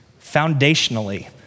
Foundationally